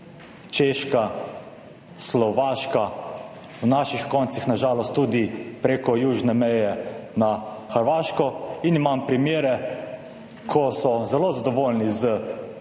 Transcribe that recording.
Češka, Slovaška, iz naših koncev, na žalost, tudi preko južne meje na Hrvaško. Imamo primere, ko so zelo zadovoljni z davčnimi